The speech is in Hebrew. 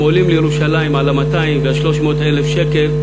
הם עולים לירושלים על ה-200,000 או 300,000 שקל,